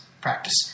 practice